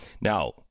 Now